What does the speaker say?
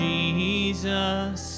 Jesus